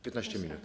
15 minut.